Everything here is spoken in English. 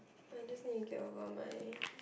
I just need to get over my